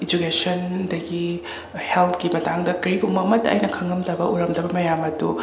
education ꯑꯗꯒꯤ ꯍꯦꯜꯀꯤ ꯃꯇꯥꯡꯗ ꯀꯔꯤꯒꯨꯝꯕ ꯑꯃꯇ ꯑꯩꯅ ꯈꯪꯉꯝꯗꯕ ꯎꯔꯝꯗꯕ ꯃꯌꯥꯝ ꯑꯗꯨ